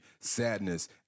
sadness